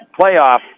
playoff